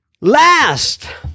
Last